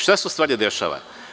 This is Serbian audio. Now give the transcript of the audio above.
Šta se u stvari dešava?